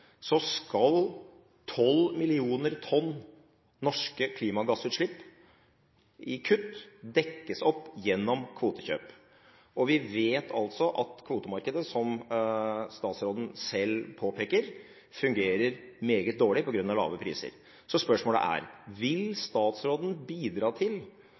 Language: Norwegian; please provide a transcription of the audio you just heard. skal kutt av 12 millioner tonn norske klimagassutslipp dekkes opp gjennom kvotekjøp. Vi vet at kvotemarkedet – som statsråden selv påpeker – fungerer meget dårlig på grunn av lave priser. Spørsmålet er: Vil statsråden bidra til